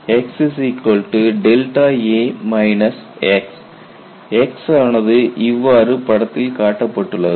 xa X X ஆனது இவ்வாறு படத்தில் காட்டப்பட்டுள்ளது